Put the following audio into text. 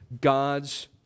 God's